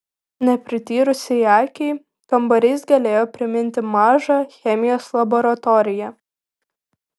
neprityrusiai akiai kambarys galėjo priminti mažą chemijos laboratoriją